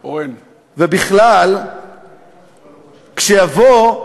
ובכלל, כשתבוא,